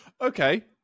okay